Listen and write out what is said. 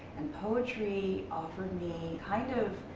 and poetry offered me, kind of,